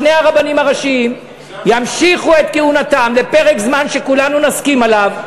שני הרבנים הראשיים ימשיכו את כהונתם לפרק זמן שכולנו נסכים עליו,